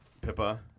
Pippa